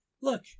Look